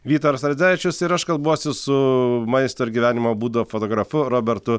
vytaras radzevičius ir aš kalbuosi su maisto ir gyvenimo būdo fotografu robertu